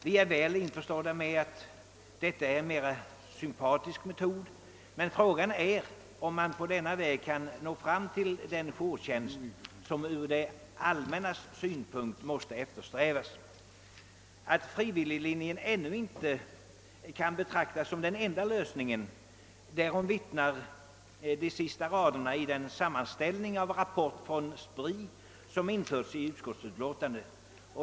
Vi är väl införstådda med att detta är en mera sympatisk metod, men frågan är om man på denna väg kan nå fram till den jourtjänst som ur det allmännas synpunkt måste eftersträvas. Att frivilliglinjen ännu inte kan betraktas som den enda lösningen framgår av de sista raderna i den sammanställning av en rapport från SPRI som införts i utskottsutlåtandet.